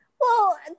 Well-